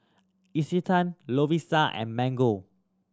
Isetan Lovisa and Mango